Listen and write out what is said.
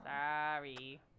Sorry